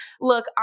Look